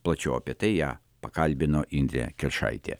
plačiau apie tai ją pakalbino indrė kiršaitė